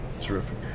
Terrific